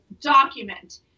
document